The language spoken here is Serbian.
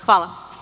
Hvala.